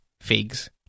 figs